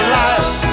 life